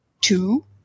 two